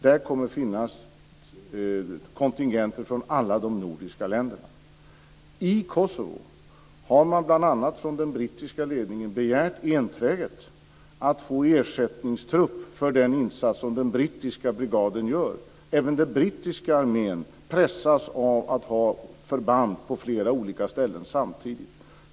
Där kommer det att finnas kontingenter från alla de nordiska länderna. I Kosovo har man bl.a. från den brittiska ledningen enträget begärt att få ersättningstrupp för den insats som den brittiska brigaden gör. Även den brittiska armén pressas av att ha förband på flera olika ställen samtidigt.